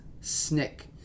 snick